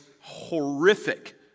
horrific